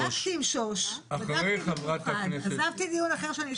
בדקתי עם שוש, בדקתי במיוחד, עזבתי דיון אחר.